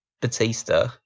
Batista